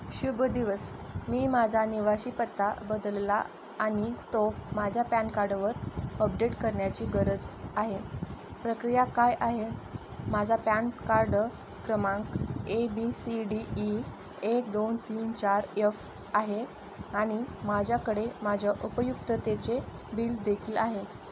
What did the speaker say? शुभ दिवस मी माझा निवासी पत्ता बदलला आणि तो माझ्या पॅन कार्डवर अपडेट करण्याची गरज आहे प्रक्रिया काय आहे माझा पॅन कार्ड क्रमांक A B C D E एक दोन तीन चार यफ आहे आणि माझ्याकडे माझ्या उपयुक्ततेचे बिल देखील आहे